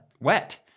wet